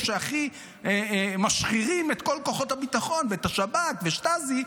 שהכי משחירים את כל כוחות הביטחון ואת השב"כ ושטאזי,